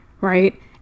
right